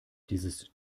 dieses